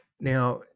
Now